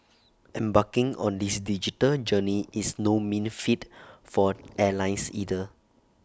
embarking on this digital journey is no mean feat for airlines either